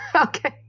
okay